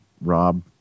Rob